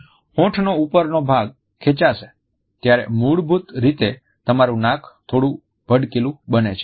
હોઠનો ઉપરનો ભાગ ખેંચાશે ત્યારે મૂળ રૂપે તમારુ નાક થોડું ભડકીલુ બને છે